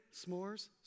S'mores